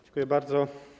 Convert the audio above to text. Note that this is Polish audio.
Dziękuję bardzo.